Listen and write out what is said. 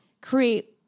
create